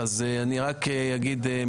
ב-10:35.